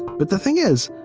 but the thing is,